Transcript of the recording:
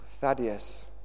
Thaddeus